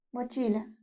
Mochila